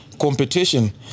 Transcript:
competition